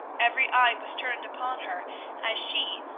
every eye was turned upon her as she,